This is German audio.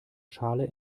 schale